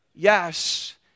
Yes